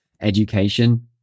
education